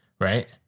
right